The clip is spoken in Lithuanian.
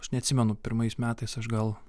aš neatsimenu pirmais metais aš gal